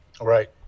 right